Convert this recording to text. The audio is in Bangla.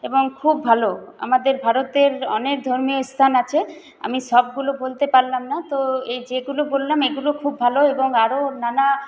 এবং খুব ভালো আমাদের ভারতের অনেক ধর্মীয় স্থান আছে আমি সবগুলো বলতে পারলাম না তো যেগুলো বললাম এগুলো খুব ভালো এবং আরো নানা